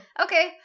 Okay